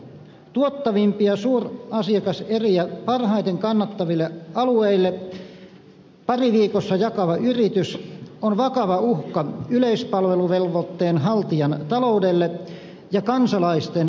tuottavimpia suurasiakaseriä parhaiten kannattaville alueille pari kertaa viikossa jakava yritys on vakava uhka yleispalveluvelvoitteen haltijan taloudelle ja kansalaisten palveluille